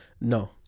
No